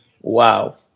Wow